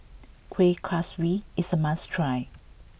Kuih Kaswi is a must try